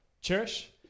Cherish